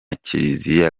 kiliziya